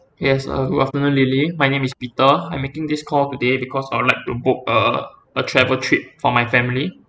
yes uh good afternoon lily my name is peter I'm making this call today because I would like to book a a travel trip for my family